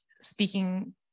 speaking